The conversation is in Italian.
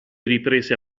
riprese